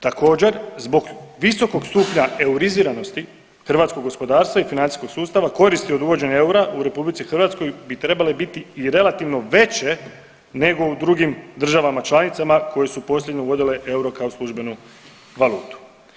Također zbog visokog stupnja euriziranosti hrvatskog gospodarstva i financijskog sustava koristi od uvođenja eura u Republici Hrvatskoj bi trebale biti relativno veće nego u drugim državama članicama koje su posljednje uvodile euro kao službenu valutu.